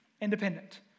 independent